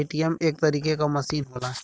ATM एक तरीके क मसीन होला